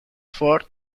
ford